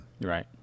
Right